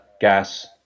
gas